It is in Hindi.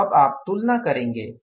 तो अब आप तुलना करेंगे